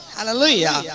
Hallelujah